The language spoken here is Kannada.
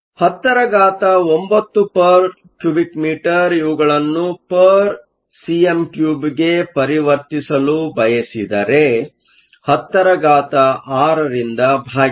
109 m 3 ಇವುಗಳನ್ನು cm3 ಗೆ ಪರಿವರ್ತಿಸಲು ಬಯಸಿದರೆ 106 ರಿಂದ ಭಾಗಿಸಿ